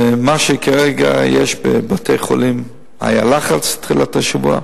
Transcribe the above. מה שכרגע יש, בבתי-חולים היה לחץ בתחילת השבוע,